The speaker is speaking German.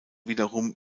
wiederum